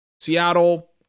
Seattle